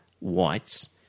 whites